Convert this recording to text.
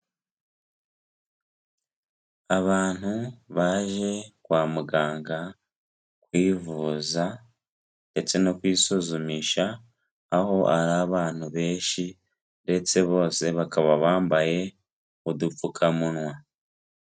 Abantu baje kwa muganga kwivuza ndetse no kwisuzumisha aho ari abantu benshi ndetse bose bakaba bambaye udupfukamunwa.